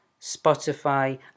Spotify